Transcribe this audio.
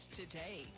today